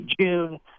June